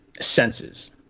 senses